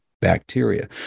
bacteria